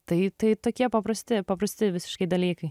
tai tai tokie paprasti paprasti visiškai dalykai